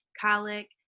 colic